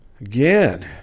again